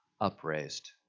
Upraised